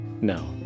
No